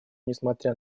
несмотря